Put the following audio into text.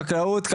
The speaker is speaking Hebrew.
משרד החקלאות,